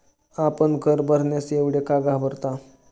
आपण कर भरण्यास एवढे का घाबरता?